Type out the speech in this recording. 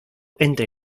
entre